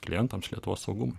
klientams lietuvos saugumui